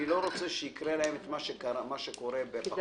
אני לא רוצה שיקרה להם מה שקורה בקופות ובדברים נוספים.